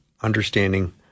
understanding